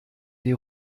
die